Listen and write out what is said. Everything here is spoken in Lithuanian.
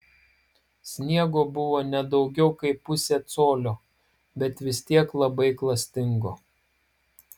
sniego buvo ne daugiau kaip pusė colio bet vis tiek labai klastingo